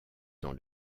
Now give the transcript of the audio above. dans